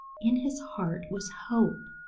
in his heart was hope,